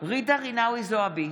ג'ידא רינאוי זועבי,